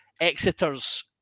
Exeter's